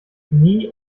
nie